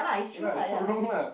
ya lah is not wrong lah